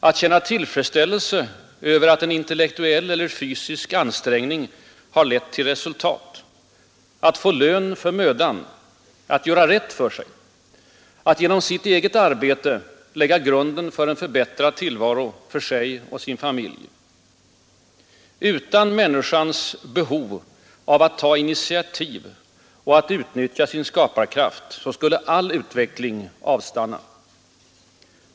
Att känna tillfredsställelse över att en intellektuell eller fysisk ansträngning har lett till resultat. Att få lön för mödan. Att göra rätt för sig. Att genom sitt eget arbete lägga grunden för en förbättrad tillvaro för sig och sin familj. Utan människans behov att ta initiativ, att utnyttja sin skaparkraft skulle all utveckling avstanna.